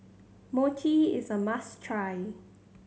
mochi is a must try